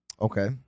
okay